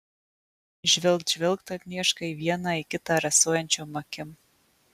žvilgt žvilgt agnieška į vieną į kitą rasojančiom akim